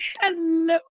Hello